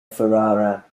ferrara